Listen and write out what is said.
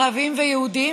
ערבים ויהודים,